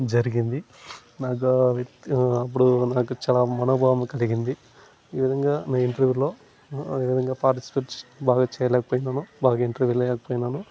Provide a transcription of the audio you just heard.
జరిగింది నాకు ఆ వ్యక్తి అప్పుడు నాకు చాలా మనోభావం కలిగింది ఈ విధంగా ఇంటర్వ్యూలో ఈ విధంగా పార్టిసిపేట్ బాగా చేయలేకపోయినాను బాగా ఇంటర్వ్యూ ఇవ్వలేకపోయినాను